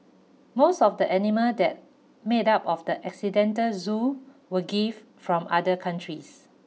most of the animal that made up of the accidental zoo were gift from other countries